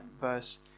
verse